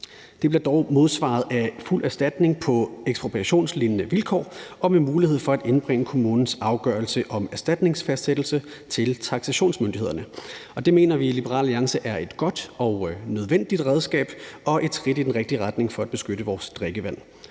Det bliver dog modsvaret af fuld erstatning på ekspropriationslignende vilkår og med mulighed for at indbringe kommunens afgørelse om erstatningsfastsættelse til taksationsmyndighederne. Det mener vi i Liberal Alliance er et godt og nødvendigt redskab og et skridt i den rigtige retning for at beskytte vores drikkevand.